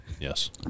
yes